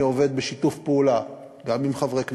ואני עובד בשיתוף פעולה גם עם חברי כנסת,